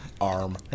Arm